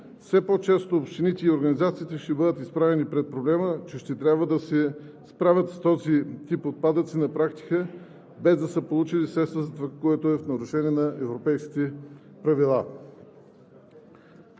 Все по-често общините и организациите ще бъдат изправени пред проблема, че ще трябва да се справят с този тип отпадъци на практика без да са получили средства за това, което е в нарушение на европейските правила.